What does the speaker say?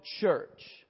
church